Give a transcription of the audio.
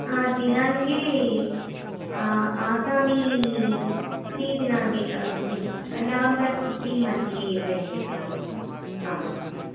दिनाङ्के आगामि त्रि दिनाङ्के किं नवम्बर् त्रि मध्ये वयं गच्छामः इति आम्